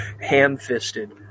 ham-fisted